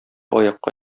аякка